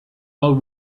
old